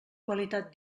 qualitat